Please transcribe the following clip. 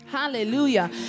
Hallelujah